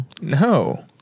No